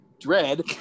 Dread